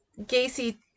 Gacy